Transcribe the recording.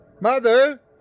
Mother